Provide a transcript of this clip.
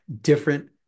different